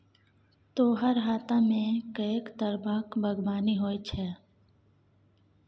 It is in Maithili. तोहर हातामे कैक तरहक बागवानी होए छौ